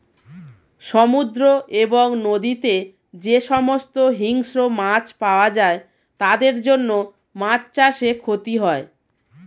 সমুদ্র এবং নদীতে যে সমস্ত হিংস্র মাছ পাওয়া যায় তাদের জন্য মাছ চাষে ক্ষতি হয়